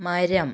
മരം